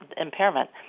impairment